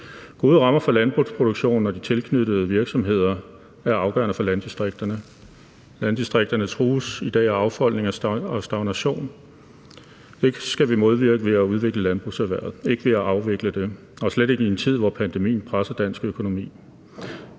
Gode rammer for landbrugsproduktionen og de tilknyttede virksomheder er afgørende for landdistrikterne. Landdistrikterne trues i dag af affolkning og stagnation. Det skal vi modvirke ved at udvikle landbrugserhvervet, ikke ved at afvikle det, og slet ikke i en tid, hvor pandemien presser dansk økonomi.